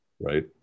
right